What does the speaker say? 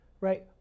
right